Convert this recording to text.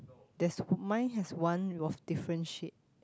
there's mine has one of different shade